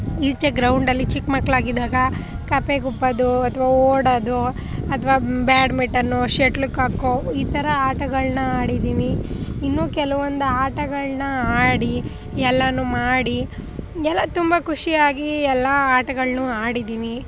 ಈಚೆ ಗ್ರೌಂಡಲ್ಲಿ ಚಿಕ್ಕಮಕ್ಳಾಗಿದ್ದಾಗ ಕಪ್ಪೆ ಗುಪ್ಪದು ಅಥವಾ ಓಡೋದು ಅಥವಾ ಬ್ಯಾಡ್ಮಿಟನ್ನು ಶೆಟ್ಲುಕಾಕು ಈ ಥರ ಆಟಗಳನ್ನ ಆಡಿದ್ದೀನಿ ಇನ್ನೂ ಕೆಲವೊಂದು ಆಟಗಲನ್ನ ಆಡಿ ಎಲ್ಲನೂ ಮಾಡಿ ಎಲ್ಲ ತುಂಬ ಖುಷಿಯಾಗಿ ಎಲ್ಲ ಆಟಗಳನ್ನೂ ಆಡಿದ್ದೀನಿ